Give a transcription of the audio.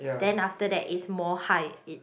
then after that it's more high it